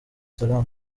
salaam